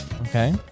Okay